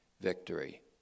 victory